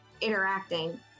interacting